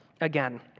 again